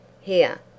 Here